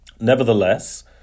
nevertheless